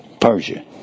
persia